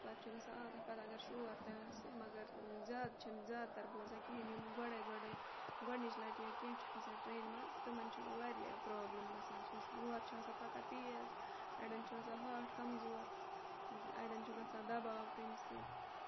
پَتہٕ چھُ گژھان عادت پَتہٕ اگر شور تہِ آسہِ مگر زیادٕ چھِنہٕ زیادتر بوزان کِہیٖنۍ یِم گۄڈَے گۄڈَے گۄڈنِچ لَٹہِ یا کینٛہہ چھُ کھَسان ٹرٛینہِ منٛز تِمَن چھُ واریاہ پرٛابلِم گژھان سُہ شور چھُ آسان پَکان تیز اَڑٮ۪ن چھُ آسان ہاٹ کمزور اَڑٮ۪ن چھُ گژھان دَباو تمہِ سۭتۍ